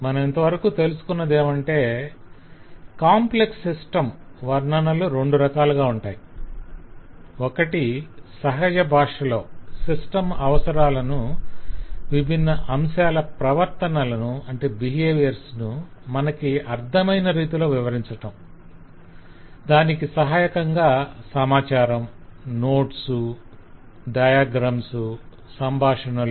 మనమింతవరకు తెలుసుకోన్నదేమంటే complex system వర్ణనలు రెండు రకాలుగా ఉంటాయి ఒకటి సహజ భాషలో సిస్టం అవసరాలను విభిన్న అంశాల ప్రవర్తనలను మనకి అర్ధమైన రీతిలో వివరించటం దానికి సహాయకంగా సమాచారం నోట్స్ చిత్రాలు సంభాషణలు